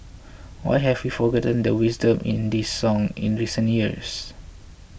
why have we forgotten the wisdom in this song in recent years